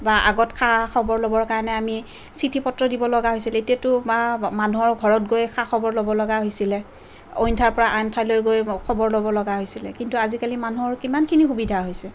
বা আগত খা খবৰ ল'বৰ কাৰণে আমি চিঠি পত্ৰ দিবলগা হৈছিল এতিয়াতো বা মানুহৰ ঘৰত গৈ খবৰ ল'বলগা হৈছিলে অইন ঠাইৰপৰা আন ঠাইলৈ গৈ খবৰ ল'বলগা হৈছিলে কিন্তু আজিকালি মানুহৰ কিমানখিনি সুবিধা হৈছে